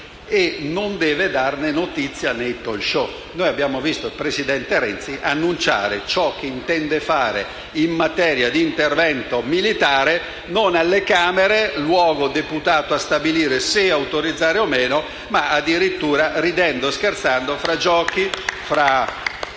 alle Camera e non nei *talk show*. Noi abbiamo visto il presidente Renzi annunciare ciò che intende fare in materia di intervento militare, non alle Camere (luogo deputato a stabilire se autorizzare o no), ma addirittura ridendo e scherzando, tra giochi, in